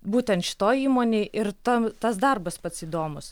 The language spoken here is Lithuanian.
būtent šitoj įmonėj ir tam tas darbas pats įdomus